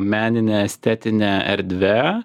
menine estetine erdve